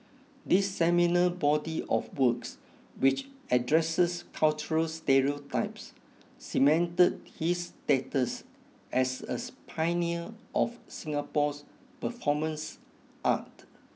this seminal body of works which addresses cultural stereotypes cemented his status as a pioneer of Singapore's performance art